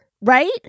right